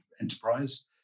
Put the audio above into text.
enterprise